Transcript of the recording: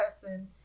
person